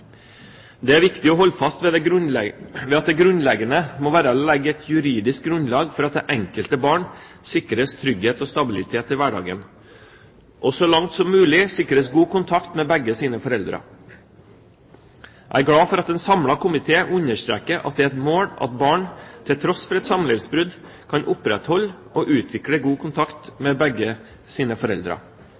Det er viktig å holde fast ved at det grunnleggende må være å legge et juridisk grunnlag for at det enkelte barn sikres trygghet og stabilitet i hverdagen, og så langt som mulig sikres god kontakt med begge sine foreldre. Jeg er glad for at en samlet komité understreker at det er et mål at barn til tross for et samlivsbrudd kan opprettholde og utvikle god kontakt med begge sine foreldre.